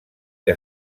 que